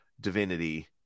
divinity